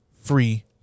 free